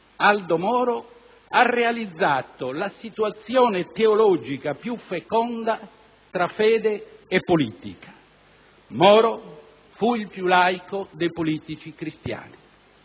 Aldo Moro, ha realizzato la situazione teologica più feconda tra fede e politica. Moro fu il più laico dei politici cristiani».